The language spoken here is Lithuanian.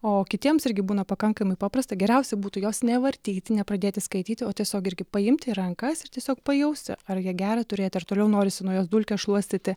o kitiems irgi būna pakankamai paprasta geriausia būtų jos nevartyti nepradėti skaityti o tiesiog irgi paimti į rankas ir tiesiog pajausti ar ją gera turėti ar toliau norisi nuo jos dulkes šluostyti